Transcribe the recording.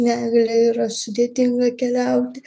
negalia yra sudėtinga keliauti